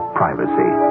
privacy